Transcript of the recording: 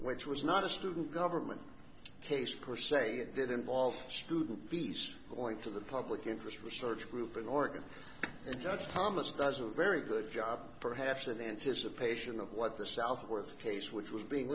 which was not a student government case of course a did involve student fees going to the public interest research group in oregon and judge thomas there's a very good job perhaps in anticipation of what the southwest case which was being